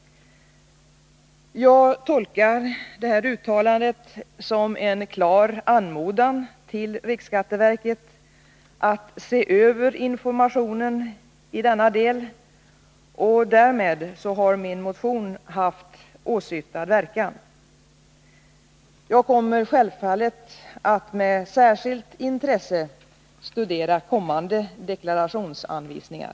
Jag tolkar detta uttalande som en klar anmodan till riksskatteverket att se över informationen i denna del, och därmed har min motion haft åsyftad verkan. Jag kommer självfallet att med särskilt intresse studera kommande deklarationsanvisningar.